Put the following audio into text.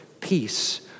peace